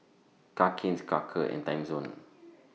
Cakenis Quaker and Timezone